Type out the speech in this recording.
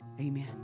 Amen